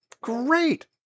great